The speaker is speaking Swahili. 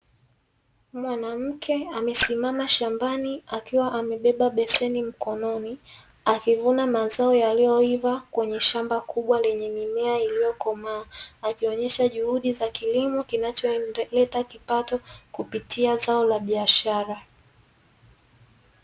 Mwanamke amesimama shambani akiwa amebeba beseni mkononi, akivuna mazao yaliyoiva kwenye shamba kubwa lenye mimea iliyokomaa, akionyesha juhudi za kilimo kinacholeta kipato kupitia zao la biashara.